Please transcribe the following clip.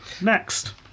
next